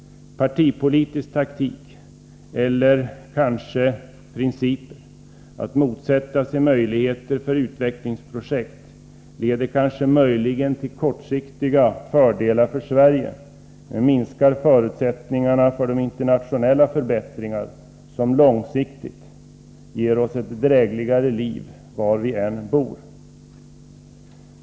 Partipolitisk taktik — eller kanske partipolitiska principresonemang - innebärande att man motsätter sig möjligheter för utvecklingsprojekt leder möjligen till kortsiktiga fördelar för Sverige, men minskar förutsättningarna för de internationella förbättringar som långsiktigt ger oss ett drägligare liv, var vi än bor.